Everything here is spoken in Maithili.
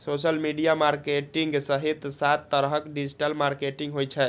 सोशल मीडिया मार्केटिंग सहित सात तरहक डिजिटल मार्केटिंग होइ छै